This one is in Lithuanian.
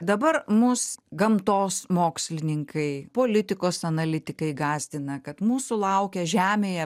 dabar mus gamtos mokslininkai politikos analitikai gąsdina kad mūsų laukia žemėje